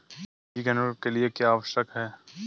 बीज के अंकुरण के लिए क्या आवश्यक है?